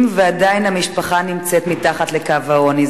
ועדיין המשפחה נמצאת מתחת לקו העוני.